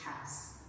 house